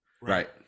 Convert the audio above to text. right